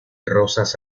rosas